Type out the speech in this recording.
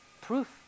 proof